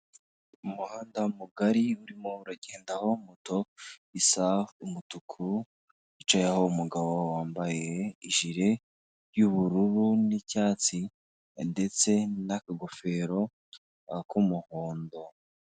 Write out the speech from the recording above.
Umuhanda mugari urimo uragendaho moto isa umutuku, yicayeho umugabo wambaye jile y'ubururu n'icyatsi ndetse na kagofero k'umuhondo.